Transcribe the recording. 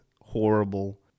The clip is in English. horrible